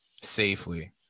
safely